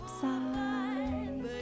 side